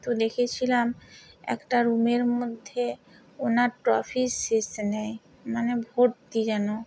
তো দেখেছিলাম একটা রুমের মধ্যে ওনার ট্রফির শেষ নেই মানে ভর্তি যেন